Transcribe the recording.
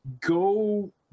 go